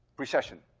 precession.